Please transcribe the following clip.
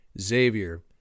Xavier